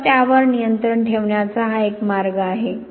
तर त्यावर नियंत्रण ठेवण्याचा हा एक मार्ग आहे